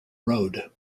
road